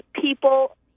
people